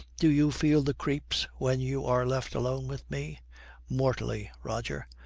do you feel the creeps when you are left alone with me mortally, roger.